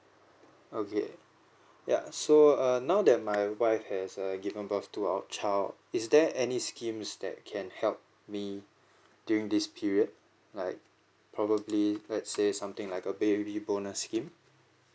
okay ya so err now that my wife has err given birth to our child is there any schemes that can help me during this period like probably let's say something like a baby bonus scheme